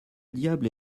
diable